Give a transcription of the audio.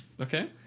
Okay